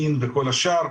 מין וכל השאר,